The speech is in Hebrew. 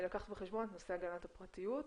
הלקוח בסוף צריך לקבל מאיתנו שירות.